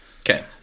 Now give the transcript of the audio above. Okay